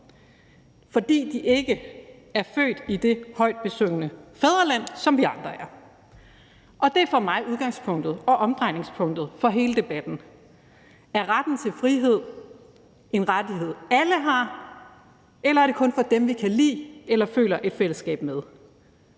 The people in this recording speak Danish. fordi de ikke er født i det højt besungne fædreland, som vi andre er. Det er for mig udgangspunktet og omdrejningspunktet for hele debatten. Er retten til frihed en rettighed, alle har, eller er den kun for dem, vi kan lide eller føler et fællesskab med?